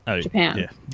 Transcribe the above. japan